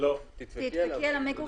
למול